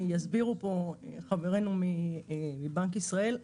יסבירו פה חברינו מבנק ישראל,